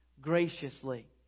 graciously